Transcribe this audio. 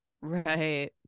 Right